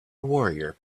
warrior